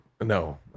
No